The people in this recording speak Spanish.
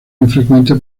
infrecuente